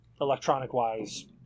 Electronic-wise